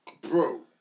Bro